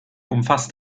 umfasst